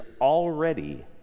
already